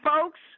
folks